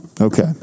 Okay